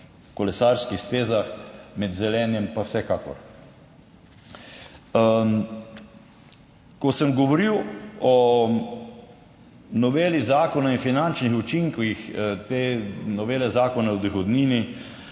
kolesarskih stezah med zelenjem pa vsekakor. Ko sem govoril o noveli zakona, o finančnih učinkih te novele Zakona o dohodnini,